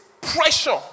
pressure